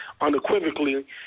unequivocally